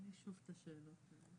בוקר טוב.